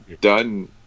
done